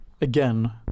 again